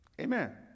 Amen